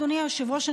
אדוני היושב-ראש,